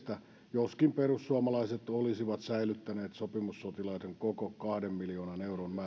joskin perussuomalaiset olisivat säilyttäneet sopimussotilaiden koko kahden miljoonan euron määrärahan